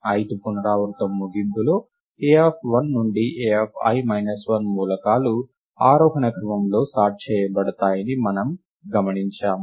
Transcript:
ith పునరావృతం ముగింపులో a1 నుండి ai 1 Ai మూలకాలు ఆరోహణ క్రమంలో సార్ట్ చేయబడతాయని మనము గమనించాము